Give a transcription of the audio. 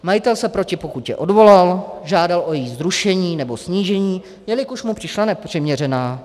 Majitel se proti pokutě odvolal, žádal o její zrušení nebo snížení, jelikož mu přišla nepřiměřená.